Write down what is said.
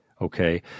Okay